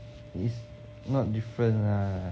it's not different lah